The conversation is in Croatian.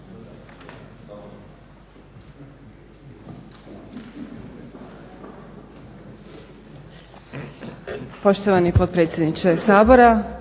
Poštovani potpredsjedniče Sabora,